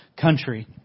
country